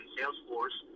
Salesforce